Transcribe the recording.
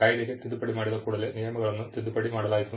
ಕಾಯ್ದೆಗೆ ತಿದ್ದುಪಡಿ ಮಾಡಿದ ಕೂಡಲೇ ನಿಯಮಗಳನ್ನೂ ತಿದ್ದುಪಡಿ ಮಾಡಲಾಯಿತು